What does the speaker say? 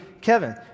Kevin